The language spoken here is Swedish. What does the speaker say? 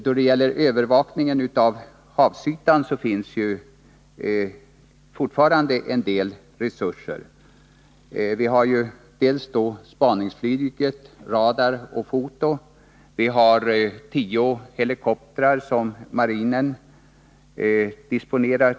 Då det gäller övervakningen av havsytan finns det fortfarande en del resurser. Vi har bl.a. spaningsflyg och radar. Vi har tio tunga helikoptrar som marinen disponerar.